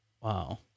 Wow